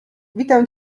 witam